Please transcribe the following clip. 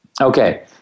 Okay